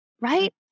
Right